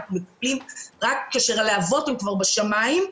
אנחנו עושים רק כאשר הלהבות הם בשמים.